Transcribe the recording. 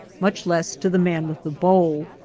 much less to the man with the bow.